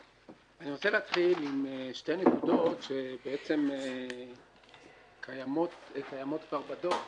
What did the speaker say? אני רוצה להתחיל עם שתי נקודות שקיימות כבר בדוח,